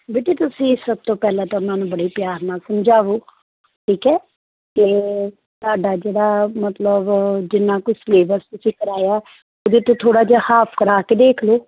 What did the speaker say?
ਬੇਟੇ ਤੁਸੀਂ ਸਭ ਤੋਂ ਪਹਿਲਾਂ ਤਾਂ ਉਹਨਾਂ ਨੂੰ ਬੜੇ ਪਿਆਰ ਨਾਲ ਸਮਝਾਉ ਠੀਕ ਹੈ ਅਤੇ ਤੁਹਾਡਾ ਜਿਹੜਾ ਮਤਲਬ ਜਿੰਨਾ ਕੁ ਸਿਲੇਬਸ ਤੁਸੀਂ ਕਰਵਾਇਆ ਉਹਦੇ ਤੋਂ ਥੋੜ੍ਹਾ ਜਿਹਾ ਹਾਫ ਕਰਵਾ ਕੇ ਦੇਖ ਲਉ